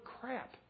crap